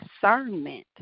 discernment